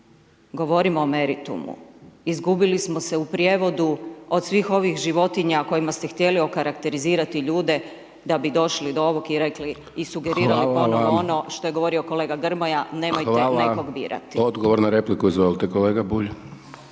Govorimo o meritumu. Izgubili smo se u prijevodu od svih ovih životinja kojima ste htjeli okarakterizirati ljude da bi došli do ovog i rekli i sugerirali ponovo ono što je govorio kolega Grmoja, nemojte nekog birati. **Hajdaš Dončić, Siniša (SDP)** Hvala. Odgovor na repliku, izvolite kolega Bulj.